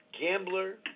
gambler